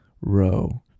row